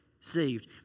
saved